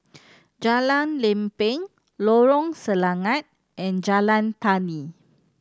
Jalan Lempeng Lorong Selangat and Jalan Tani